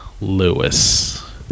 Lewis